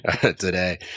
today